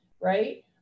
right